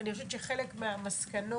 אני חושבת שחלק מהמסקנות